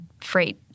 freight